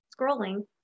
scrolling